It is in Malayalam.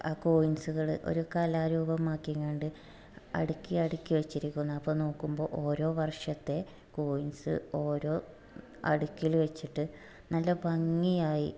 ആ കോയിൻസ്കളെ ഒരു കലാരൂപമാക്കി കൊണ്ട് അടിക്കി അടിക്കി വെച്ചിരിക്കുന്നു അപ്പോൾ നോക്കുമ്പോൾ ഓരോ വർഷത്തെ കോയിൻസ് ഓരോ അടിക്കിൽ വെച്ചിട്ട് നല്ല ഭംഗിയായി